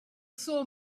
saw